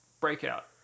breakout